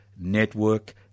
Network